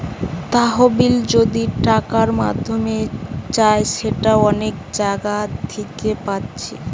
তহবিল যদি টাকার মাধ্যমে চাই সেটা অনেক জাগা থিকে পাচ্ছি